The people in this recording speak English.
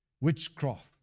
witchcraft